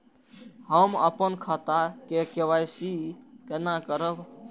हम अपन खाता के के.वाई.सी केना करब?